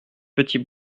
petits